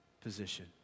position